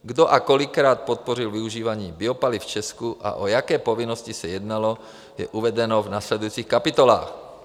Kdo a kolikrát podpořil využívání biopaliv v Česku a o jaké povinnosti se jednalo, je uvedeno v následujících kapitolách.